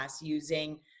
using